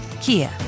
Kia